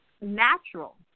natural